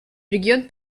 регион